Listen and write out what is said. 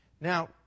Now